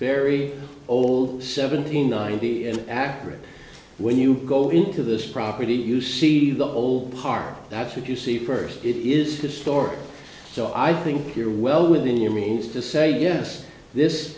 very old seven hundred ninety and accurate when you go into this property you see the old par that's what you see first it is to store so i think you're well within your means to say yes this